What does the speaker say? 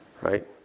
Right